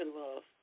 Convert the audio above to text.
love